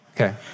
Okay